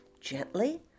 gently